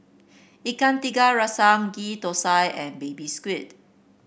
Ikan Tiga Rasa Ghee Thosai and Baby Squid